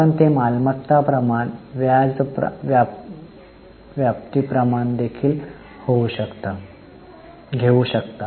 आपण ते मालमत्ता प्रमाण व्याज व्याप्ती प्रमाण देखील घेऊ शकता